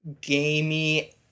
gamey